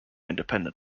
independent